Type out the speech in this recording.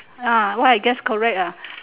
ah why I guess correct ah